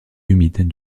humides